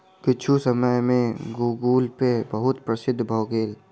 किछुए समय में गूगलपे बहुत प्रसिद्ध भअ भेल